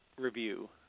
review